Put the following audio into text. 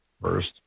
First